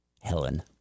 Helen